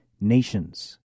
nations